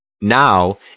Now